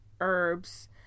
herbs